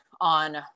on